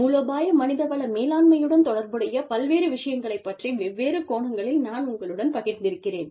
மூலோபாய மனித வள மேலாண்மையுடன் தொடர்புடைய பல்வேறு விஷயங்களைப் பற்றி வெவ்வேறு கோணங்களில் நான் உங்களுடன் பகிர்ந்திருக்கிறேன்